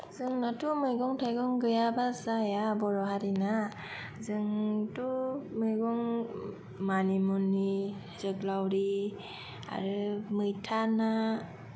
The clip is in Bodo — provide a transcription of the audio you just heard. जोंनाथ' मैगं थाइगं गैयाबा जाया बर' हारिना जोंथ' मैगं मानिमुनि जोगोलावरि आरो मैथा ना